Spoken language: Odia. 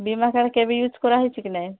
ବୀମା କାର୍ଡ୍ କେବେ ଇଉଜ୍ କରାହୋଇଛି କି ନାହିଁ